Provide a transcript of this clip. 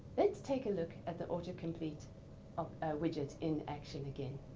let's take a look at the autocomplete um widget in action again.